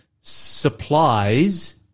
supplies